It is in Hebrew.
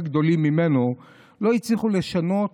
יותר גדולים ממנו לא הצליחו לשנות